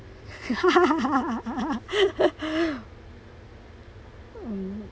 mm